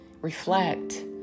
reflect